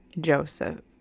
Joseph